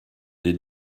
des